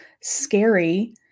scary